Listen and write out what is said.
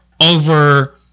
over